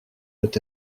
peut